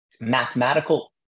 mathematical